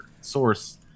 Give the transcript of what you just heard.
source